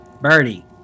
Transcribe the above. Birdie